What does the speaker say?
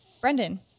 Brendan